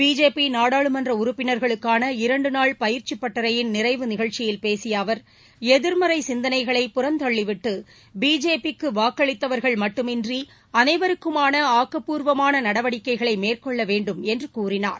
BJP நாடாளுமன்ற உறுப்பினர்களுக்கான இரண்டு நாள் பயிற்சிப் பட்டறையின் நிறைவு நிகழ்ச்சியில் பேசிய அவர் எதிர்மறை சிந்தளைகளை புறம்தள்ளிவிட்டு பிஜேபிக்கு வாக்களித்தவர்கள் மட்டுமின்றி அனைவருக்குமான ஆக்கப்பூர்வமான நடவடிக்கைகளை மேற்கொள்ள வேண்டும் என்று கூறினார்